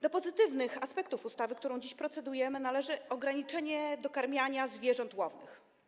Do pozytywnych aspektów ustawy, nad którą dziś procedujemy, należy ograniczenie dokarmiania zwierząt łownych.